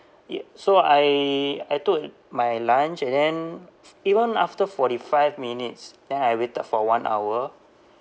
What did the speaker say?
ye~ so I I took my lunch and then even after forty five minutes then I waited for one hour